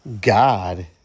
God